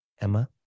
Emma